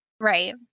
Right